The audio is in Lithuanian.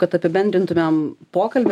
kad apibendrintumėm pokalbį